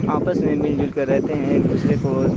آپس میں مل جل کے رہتے ہیں ایک دوسرے کو